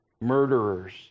murderers